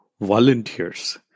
volunteers